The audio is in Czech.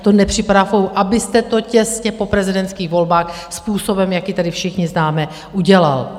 To nepřipadá v úvahu, abyste to těsně po prezidentských volbách způsobem, jaký tady všichni známe, udělal.